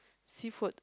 seafood